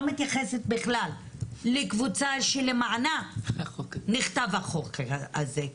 מתייחסת בכלל לקבוצה שלמענה נכתב החוק הזה.